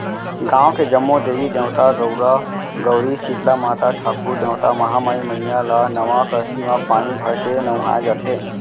गाँव के जम्मो देवी देवता, गउरा गउरी, सीतला माता, ठाकुर देवता, महामाई मईया ल नवा करसी म पानी भरके नहुवाए जाथे